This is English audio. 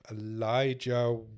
Elijah